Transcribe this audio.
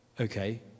okay